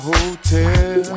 Hotel